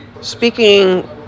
Speaking